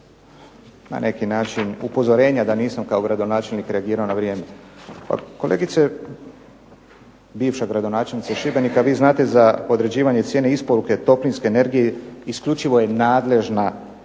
na neki način upozorenja da nisam kao gradonačelnik reagirao na vrijeme. Kolegice bivša gradonačelnice Šibenika, vi znate za određivanje cijene isporuke toplinske energije isključivo je nadležna